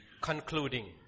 concluding